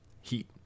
Heat